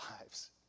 lives